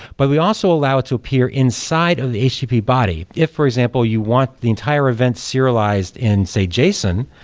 but we also allow it to appear inside of the http body. if for example, you want the entire event serialized in say json,